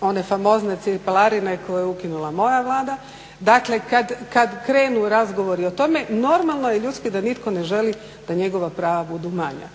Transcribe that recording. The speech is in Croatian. one famozne cipelarine koje je ukinula moja Vlada. Dakle, kad krenu razgovori o tome normalno je i ljudski da nitko ne želi da njegova prava budu manja.